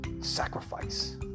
sacrifice